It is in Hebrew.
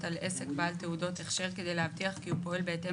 על עסק בעל תעודות הכשר כדי להבטיח כי הוא פועל בהתאם